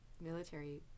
military